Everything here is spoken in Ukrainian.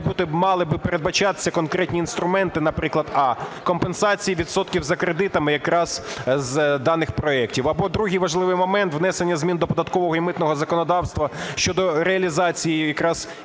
мали би передбачатися конкретні інструменти, наприклад: а) компенсації відсотків за кредитами якраз з даних проектів; або другий важливий момент – внесення змін до податкового і митного законодавства щодо реалізації якраз